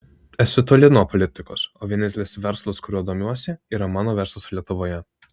esu toli nuo politikos o vienintelis verslas kuriuo domiuosi yra mano verslas lietuvoje